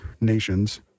nations